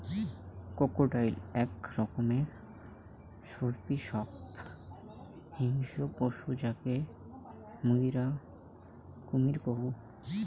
crocodile আক রকমের সরীসৃপ হিংস্র পশু যাকে মুইরা কুমীর কহু